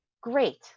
Great